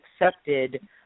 accepted